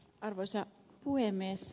arvoisa puhemies